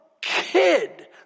kid